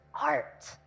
art